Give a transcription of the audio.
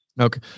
Okay